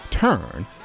Turn